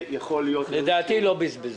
לדעתי לא בזבזו.